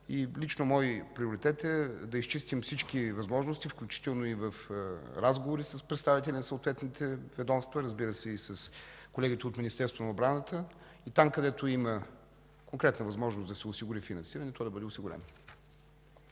Лично мой приоритет е да изчистим всички възможности, включително и в разговори с представители на съответните ведомства, разбира се и с колегите от Министерството на отбраната, и там, където има конкретна възможност, да се осигури финансиране, то да бъде осигурено.